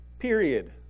period